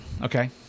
okay